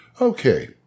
Okay